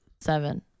Seven